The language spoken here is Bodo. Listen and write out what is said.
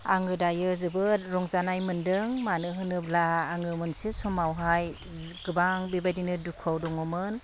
आङो दायो जोबोद रंजानाय मोनदों मानो होनोब्ला आङो मोनसे समावहाय गोबां बेबायदिनो दुखुआव दङमोन